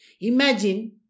Imagine